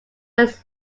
first